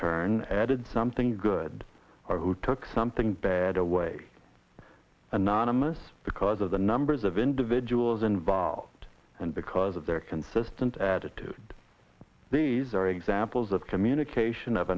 turn added something good who took something bad away anonymous because of the numbers of individuals involved and because of their consistent attitude these are examples of communication of